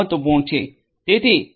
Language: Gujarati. તેથી એસ